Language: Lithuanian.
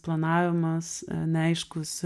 planavimas neaiškūs